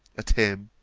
at him,